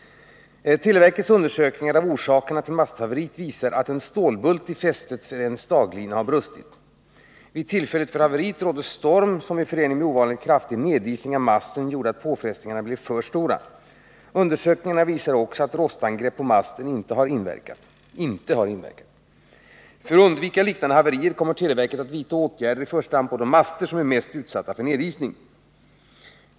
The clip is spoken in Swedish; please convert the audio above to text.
Televerkets undersökningar av orsakerna till masthaveriet visar att en stålbult i fästet för en staglina har brustit. Vid tillfället för haveriet rådde storm som i förening med ovanligt kraftig nedisning av masten gjorde att påfrestningarna blev för stora. Undersökningarna visar också att rostangrepp på masten inte har inverkat. För att undvika liknande haverier kommer televerket att vidta åtgärder i första hand på de master som är mest utsatta för nedisning.